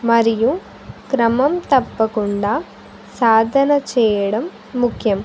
మరియు క్రమం తప్పకుండా సాధన చేయడం ముఖ్యం